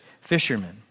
fishermen